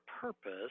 purpose